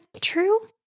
true